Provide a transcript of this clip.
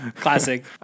Classic